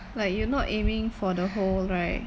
like you not aiming for the hole right